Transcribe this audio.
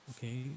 Okay